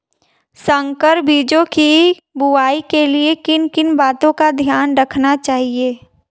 संकर बीजों की बुआई के लिए किन किन बातों का ध्यान रखना चाहिए?